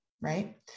right